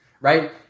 right